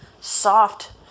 soft